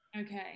Okay